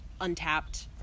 untapped